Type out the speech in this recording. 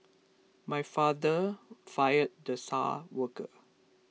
my father fired the star worker